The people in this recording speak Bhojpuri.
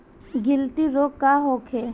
गिलटी रोग का होखे?